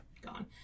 gone